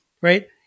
right